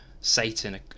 satan